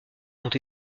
ont